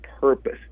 purpose